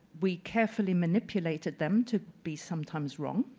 we carefully manipulated them to be sometimes wrong.